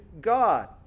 God